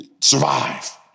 Survive